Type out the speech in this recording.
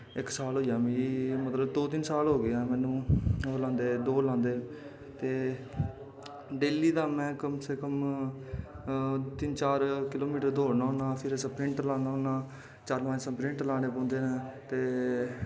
इक साल होई गेना मतलब दो तिन्न साल होई गे न मैनू दौड़ लांदे ते डेल्ली दा कम से कम तिन्न चार किलो मीटर दौड़ना होन्ना कन्नै स्परिंट लान्ना होन्ना चार पंज स्परिंट लानें पौंदे न ते